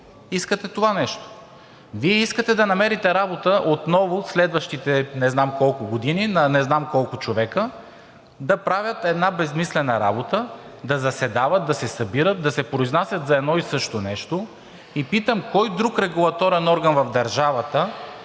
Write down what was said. искате това нещо. Вие искате да намерите работа отново следващите не знам колко години на не знам колко човека да правят една безсмислена работа, да заседават, да се събират, да се произнасят за едно и също нещо и питам кой друг регулаторен орган в държавата